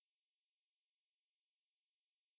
microphone got a bit of problem